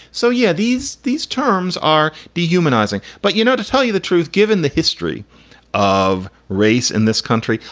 so, yeah, these these terms are dehumanizing. but, you know, to tell you the truth, given the history of race in this country,